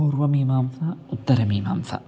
पूर्वमीमांसा उत्तरमीमांसा